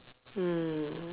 mm